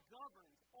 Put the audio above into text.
governs